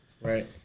Right